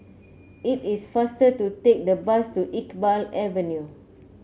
it is faster to take the bus to Iqbal Avenue